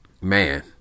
man